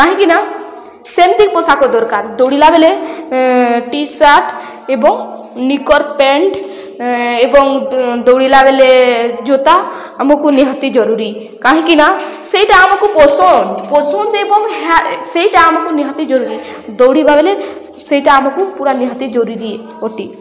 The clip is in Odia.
କାହିଁକିନା ସେମିତି ପୋଷାକ ଦରକାର ଦୌଡ଼ିଲା ବେଳେ ଟି ସାର୍ଟ ଏବଂ ନିକର୍ ପେଣ୍ଟ ଏବଂ ଦୌଡ଼ିଲା ବେଳେ ଜୋତା ଆମକୁ ନିହାତି ଜରୁରୀ କାହିଁକିନା ସେଇଟା ଆମକୁ ପସନ୍ଦ ପସନ୍ଦ ଏବଂ ହେ ସେଇଟା ଆମକୁ ନିହାତି ଜରୁରୀ ଦୌଡ଼ିବା ବଲେ ସେଇଟା ଆମକୁ ପୁରା ନିହାତି ଜରୁରୀ ଅଟେ